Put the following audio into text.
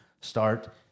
start